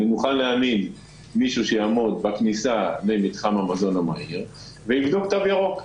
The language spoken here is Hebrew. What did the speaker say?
אני מוכן להעמיד מישהו שיעמוד בכניסה למתחם המזון המהיר ויבדוק תו ירוק.